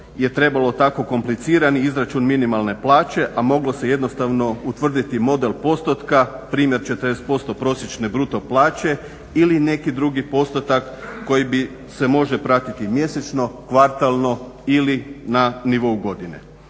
je trebalo tako komplicirani izračun minimalne plaće, a moglo se jednostavno utvrditi model postotka, primjer 40% prosječne bruto plaće ili neki drugi postotak koji se može pratiti mjesečno, kvartalno ili na nivou godine.